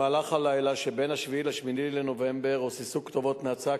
גם במהלך הלילה שבין 7 ל-8 לנובמבר רוססו כתובות נאצה.